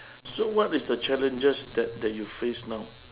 so what is the challenges that that you face now